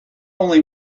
only